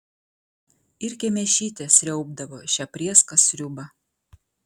ir kemėšytė sriaubdavo šią prėską sriubą